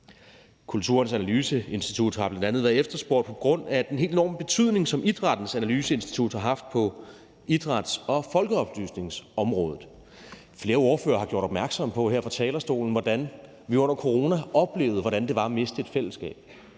Kulturens Analyseinstitut har bl.a. været efterspurgt på grund af den helt enorme betydning, som Idrættens Analyseinstitut har haft på idræts- og folkeoplysningsområdet. Flere ordførere har her fra talerstolen gjort opmærksom på, hvordan vi under coronaen oplevede, hvordan det var at miste et fællesskab.